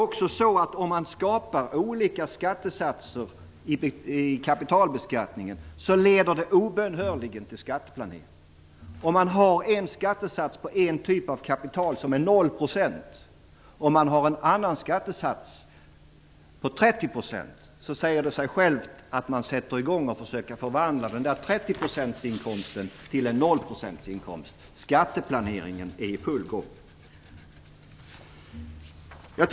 Om man skapar olika skattesatser i kapitalbeskattningen leder det dessutom obönhörligen till skatteplanering. Om det finns en skattesats på 0 % för en typ av inkomst av kapital och en annan skattesats på 30 %, säger det sig självt att många försöker förvandla den inkomst som skall beskattas med 30 % till en som beskattas med 0 %; skatteplaneringen är i full gång.